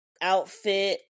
outfit